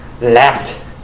left